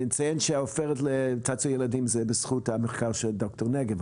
נציין שהעופרת בצעצועי ילדים זה בזכות המחקר של ד"ר נגב,